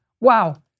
Wow